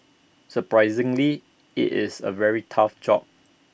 surprisingly IT is A very tough job